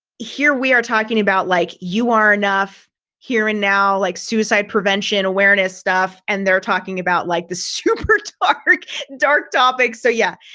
here we are talking about like you are enough here and now like suicide prevention awareness stuff. and they're talking about like the super like dark topics. so yeah,